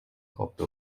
coppe